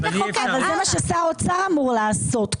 אבל זה מה ששר אוצר אמור לעשות.